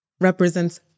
represents